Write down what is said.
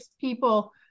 people